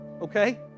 Okay